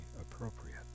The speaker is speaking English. appropriate